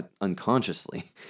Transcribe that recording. unconsciously